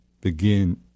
begin –